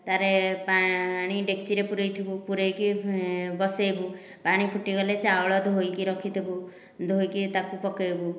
ତାରେ ପାଣି ଡେକଚିରେ ପୂରାଇ ଥିବୁ ପୂରାଇକି ବସାଇବୁ ପାଣି ଫୁଟିଗଲେ ଚାଉଳ ଧୋଇକି ରଖିଥିବୁ ଧୋଇକି ତାକୁ ପକାଇବୁ